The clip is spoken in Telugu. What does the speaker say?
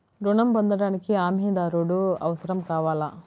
ఋణం పొందటానికి హమీదారుడు అవసరం కావాలా?